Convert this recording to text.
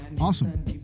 awesome